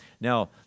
Now